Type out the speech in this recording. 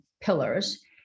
pillars